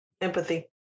Empathy